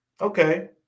Okay